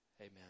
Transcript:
amen